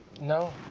no